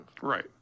right